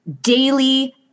daily